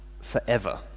forever